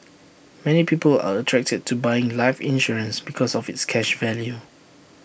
many people are attracted to buying life insurance because of its cash value